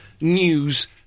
news